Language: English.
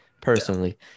personally